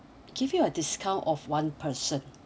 give you a discount of one person